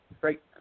great